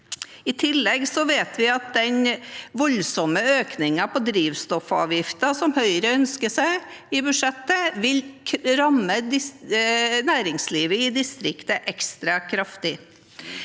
I tillegg vet vi at den voldsomme økningen i drivstoffavgifter som Høyre ønsker seg i budsjettet, vil ramme næringslivet i distriktet ekstra kraftig.